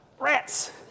Rats